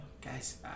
Guys